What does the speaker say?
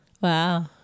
Wow